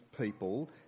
people